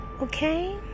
okay